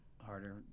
harder